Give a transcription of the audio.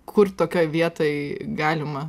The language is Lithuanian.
kur tokioj vietoj galima